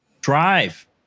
drive